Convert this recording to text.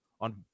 on